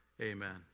Amen